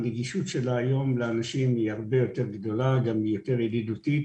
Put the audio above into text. הנגישות לאנשים הרבה יותר גדולה ויותר ידידותית